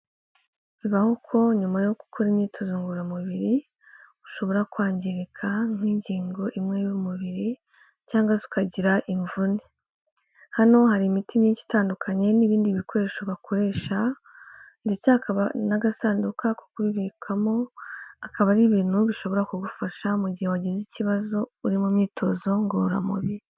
Bibaho ko nyuma yo gukora imyitozo ngororamubiri ushobora kwangirika nk'ingingo imwe y'umubiri cyangwa se ukagira imvune. Hano hari imiti myinshi itandukanye n'ibindi bikoresho bakoresha ndetse hakaba n'agasanduka ko kubibikamo. Akaba ari ibintu bishobora kugufasha mu gihe wagize ikibazo uri mu myitozo ngororamubiri.